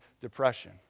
depression